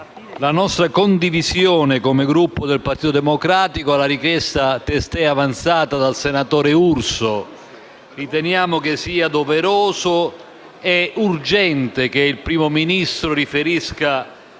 la nostra condivisione, come Gruppo Partito Democratico, alla richiesta testé avanzata dal senatore Urso. Riteniamo sia doveroso e urgente che il Primo Ministro riferisca